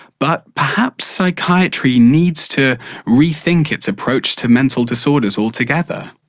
but perhaps psychiatry needs to re-think its approach to mental disorders altogether?